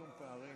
ההחלטה?